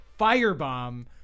firebomb